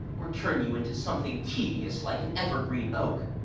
or turn you into something tedious, like an evergreen oak